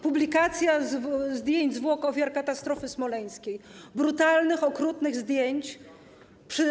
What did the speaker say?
Publikacja zdjęć zwłok ofiar katastrofy smoleńskiej, brutalnych, okrutnych zdjęć.